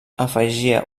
afegia